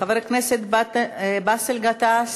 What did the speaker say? חבר הכנסת באסל גטאס,